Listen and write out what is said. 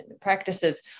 practices